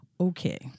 Okay